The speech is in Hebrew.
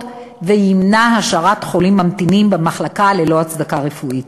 וימנע השארת חולים ממתינים במחלקה ללא הצדקה רפואית.